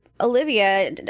Olivia